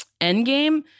Endgame